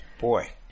boy